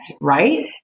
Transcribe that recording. right